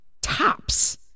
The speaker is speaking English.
tops